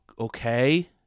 Okay